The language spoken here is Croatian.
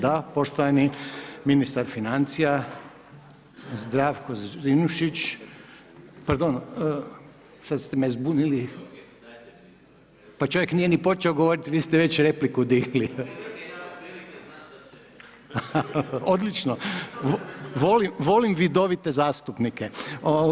Da, poštovani ministar financija Zdravko … [[Govornik se ne razumije]] pardon, sad ste me zbunili, pa čovjek nije niti počeo govoriti, vi ste već repliku digli. … [[Upadica se ne razumije]] odlično, volim vidovite zastupnike.